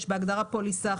בהגדרה פוליסה.